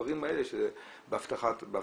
בדברים האלה של אבטחת מידע.